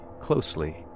closely